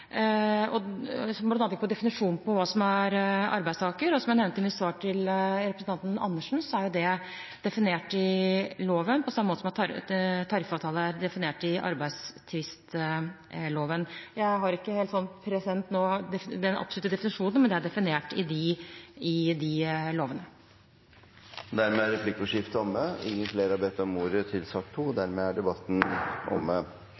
som bl.a. handlet om definisjonen av hva som er en arbeidstaker. Som jeg nevnte i mitt svar til representanten Dag Terje Andersen, er det definert i loven, på samme måte som «tariffavtale» er definert i arbeidstvistloven. Jeg har ikke den absolutte definisjonen helt present nå, men det er definert i de lovene. Replikkordskiftet er omme. Flere har ikke bedt om ordet til sak